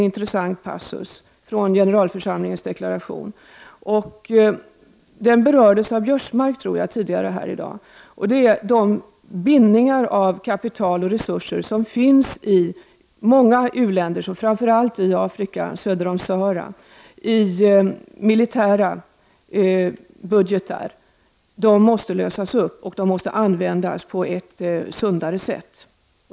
I generalförsamlingens deklaration finns också en intressant passus, som Karl-Göran Biörsmark berörde tidigare i dag, om bindningar av kapital och resurser som finns i många u-länders militära budgetar. Det gäller framför allt i Afrika, i staterna söder om Sahara. De resurserna måste lösas upp och de måste användas på ett sundare sätt.